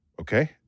Okay